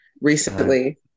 recently